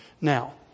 Now